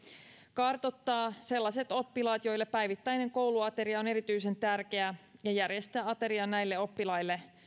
kartoittaa sellaiset oppilaat joille päivittäinen kouluateria on erityisen tärkeä ja järjestää aterian näille oppilaille